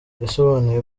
yasobanuye